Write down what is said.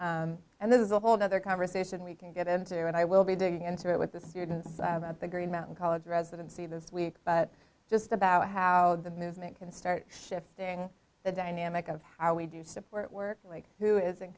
work and this is a whole nother conversation we can get into and i will be digging into it with the students of the green mountain college residency this week but just about how the movement can start shifting the dynamic of how we do support work like who is in